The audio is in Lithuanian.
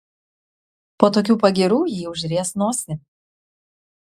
po tokių pagyrų ji užries nosį